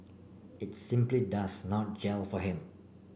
it simply does not gel for him